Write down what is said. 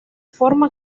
forma